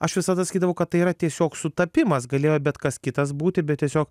aš visada sakydavau kad tai yra tiesiog sutapimas galėjo bet kas kitas būti bet tiesiog